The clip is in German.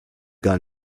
gar